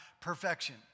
perfection